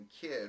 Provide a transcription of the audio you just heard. kid